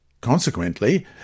Consequently